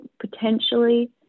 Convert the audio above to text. potentially